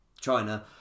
China